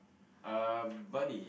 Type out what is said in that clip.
uh buddy